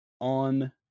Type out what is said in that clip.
on